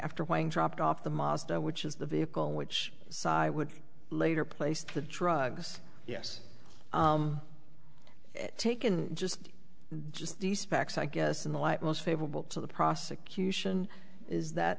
after wang dropped off the mazda which is the vehicle which side would later place the drugs yes taken just just the specs i guess in the light most favorable to the prosecution is that